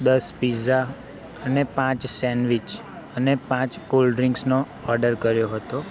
દસ પીઝા અને પાંચ સેન્ડવીચ અને પાંચ કોલ્ડ્રીંક્સનો ઓર્ડર કર્યો હતો